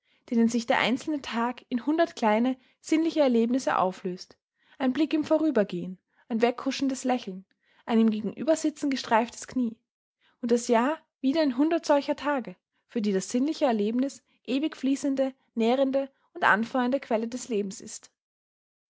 denen sich der einzelne tag in hundert kleine sinnliche erlebnisse auflöst ein blick im vorübergehen ein weghuschendes lächeln ein im gegenübersitzen gestreiftes knie und das jahr wieder in hundert solcher tage für die das sinnliche erlebnis ewig fließende nährende und anfeuernde quelle des lebens ist